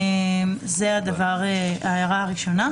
זו ההערה הראשונה.